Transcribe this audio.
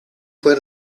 fue